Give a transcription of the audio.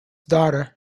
daughter